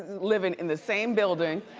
livin' in the same building,